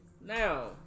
Now